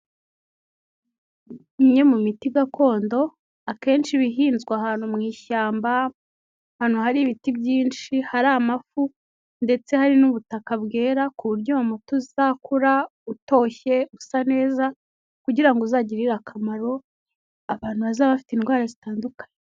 Imwe mu miti gakondo akenshi iba ihinzwe ahantu mu ishyamba, ahantu hari ibiti byinshi, hari amafu ndetse hari n'ubutaka bwera ku buryo uwo umuti uzakura utoshye, usa neza kugira ngo uzagirire akamaro abantu bazaba bafite indwara zitandukanye.